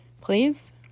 Please